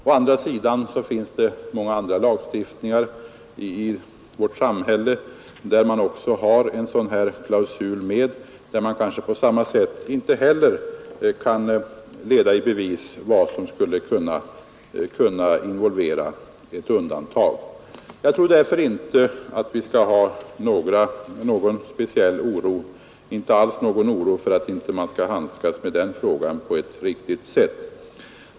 Å andra sidan finns det många andra lagar i vårt samhälle där det också finns en sådan här klausul med utan att man kan ange vad som skulle kunna föranleda ett undantag. Jag tror därför inte vi behöver hysa någon oro för att man inte skall handskas med den frågan på ett riktigt sätt.